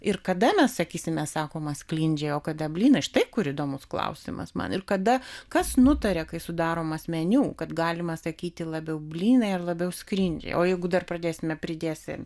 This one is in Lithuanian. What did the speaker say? ir kada mes sakysime sakoma sklindžiai o kada blynai štai kur įdomus klausimas man ir kada kas nutarė kai sudaromas meniu kad galima sakyti labiau blynai ar labiau sklindžiai o jeigu dar pradėsime pridėsim